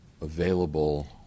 available